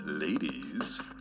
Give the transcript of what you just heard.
Ladies